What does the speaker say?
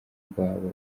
rw’abo